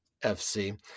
FC